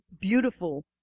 beautiful